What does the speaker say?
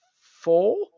four